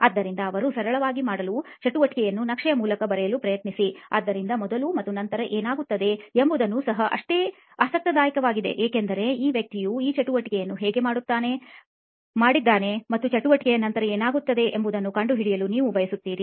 ಆದ್ದರಿಂದ ಅವರು ಸರಳವಾಗಿ ಮಾಡಲು ಚಟುವಟಿಕೆಯನ್ನು ನಕ್ಷೆಯ ಮೂಲಕ ಬರೆಯಲು ಪ್ರಯತ್ನಿಸಿ ಆದ್ದರಿಂದ ಮೊದಲು ಮತ್ತು ನಂತರ ಏನಾಗುತ್ತದೆ ಎಂಬುದೂ ಸಹ ಅಷ್ಟೇ ಆಸಕ್ತಿದಾಯಕವಾಗಿದೆ ಏಕೆಂದರೆ ಈ ವ್ಯಕ್ತಿಯು ಈ ಚಟುವಟಿಕೆಯನ್ನು ಹೇಗೆ ಮಾಡಿದ್ದಾನೆ ಮತ್ತು ಚಟುವಟಿಕೆಯ ನಂತರ ಏನಾಗುತ್ತದೆ ಎಂಬುದನ್ನು ಕಂಡುಹಿಡಿಯಲು ನೀವು ಬಯಸುತ್ತೀರಿ